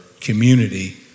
community